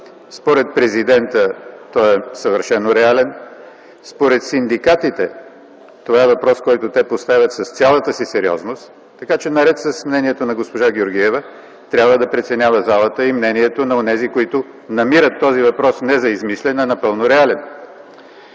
Според президента той е съвършено реален. Според синдикатите това е въпрос, който те поставят с цялата си сериозност. Така че, наред с мнението на госпожа Георгиева, залата трябва да преценява и мнението на онези, които намират този въпрос не за измислен, а за напълно реален.